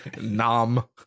Nom